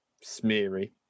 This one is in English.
smeary